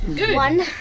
one